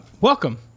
welcome